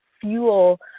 fuel